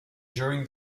during